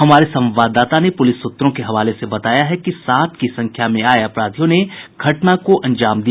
हमारे संवाददाता ने पूलिस सूत्रों के हवाले से बताया है कि सात की संख्या में आये अपराधियों ने घटना को अंजाम दिया